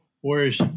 whereas